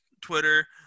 Twitter